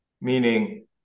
meaning